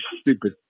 stupid